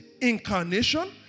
Incarnation